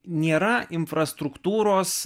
nėra infrastruktūros